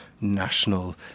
national